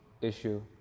issue